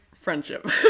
friendship